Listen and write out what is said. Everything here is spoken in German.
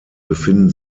befinden